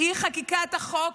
אי-חקיקת החוק